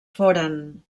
foren